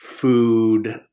food